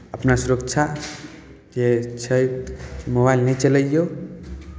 अपना सुरक्षा जे छै मोबाइल नहि चलैयौ